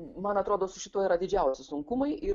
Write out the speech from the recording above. man atrodo su šituo yra didžiausi sunkumai ir